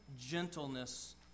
gentleness